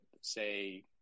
say